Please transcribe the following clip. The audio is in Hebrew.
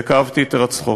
וכאבתי את הירצחו.